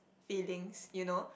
feelings you know